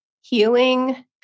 healing